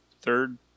third